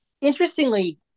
Interestingly